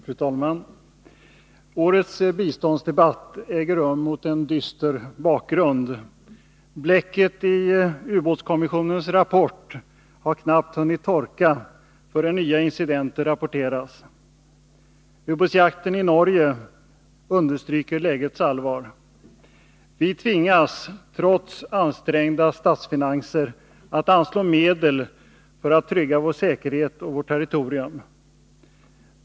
Fru talman! Årets biståndsdebatt äger rum mot en dyster bakgrund. Bläcket i ubåtskommissionens rapport har knappt hunnit torka förrän nya incidenter rapporteras. Ubåtsjakten i Norge understryker lägets allvar. Vi tvingas, trots ansträngda statsfinanser, att anslå medel för att trygga vår säkerhet och vårt territorium.